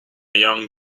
young